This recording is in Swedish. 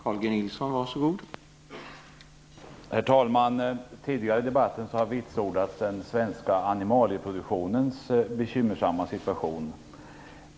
Herr talman! Tidigare i debatten har den svenska animalieproduktionens bekymmersamma situation vitsordats.